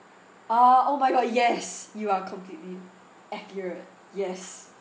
ah oh my god yes you are completely accurate yes